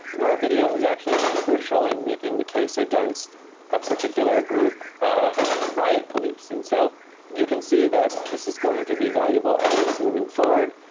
where video has actually been crucial in making the case against a particular group of riot police. and so you can see that this is going to be valuable evidence moving forward,